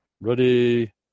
Ready